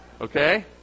Okay